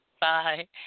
Bye